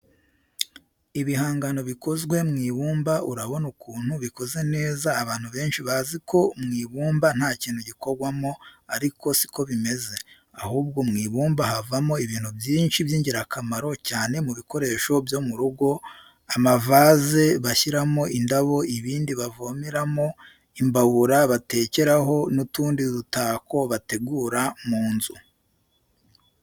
Ibihangano bikozwe mwibumba urabona ukuntu bikoze neza abantu benshi baziko mwibumba ntakintu gikorwamo ariko siko bimeze. ahubwo mwibumba havamo ibintu byinshi byingirakamaro cyane mubikoresho byumurugo amavaze bashyiramo indabo ibindi bavomeramo imbabura batekeraho n,utundi dutako bategura munzu.